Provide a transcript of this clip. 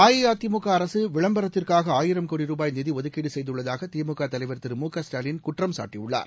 அஇஅதிமுகஅரசுவிளம்பரத்துக்காகஆயிரம் கோடி ரூபாய் நிதிஒதுக்கீடுசெய்துள்ளதாகதிமுகதலைவர் திரு மு க ஸ்டாலின் குற்றம் சாட்டியுள்ளார்